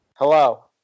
Hello